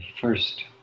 first